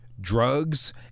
drugs